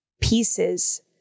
pieces